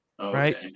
Right